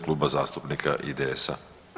Kluba zastupnika IDS-a.